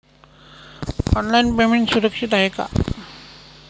Online payment सुरक्षित आहे का?